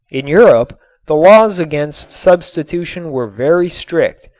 in europe the laws against substitution were very strict,